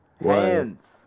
Hands